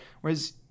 Whereas